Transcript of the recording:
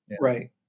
Right